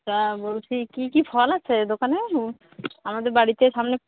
তা বলছি কী কী ফল আছে দোকানে আমাদের বাড়িতে সামনে